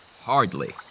Hardly